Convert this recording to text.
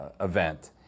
event